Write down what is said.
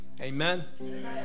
amen